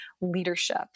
leadership